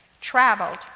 traveled